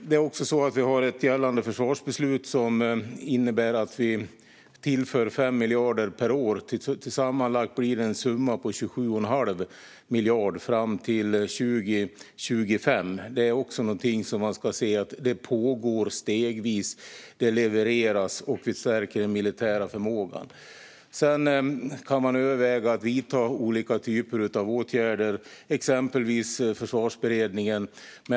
Det är också så att vi har ett gällande försvarsbeslut som innebär att vi tillför 5 miljarder per år - sammanlagt blir det en summa på 27 1⁄2 miljard fram till 2025. Man ska se att detta pågår stegvis. Det levereras, och vi stärker den militära förmågan. Man kan överväga att vidta olika typer av åtgärder, exempelvis sådana som har att göra med Försvarsberedningen.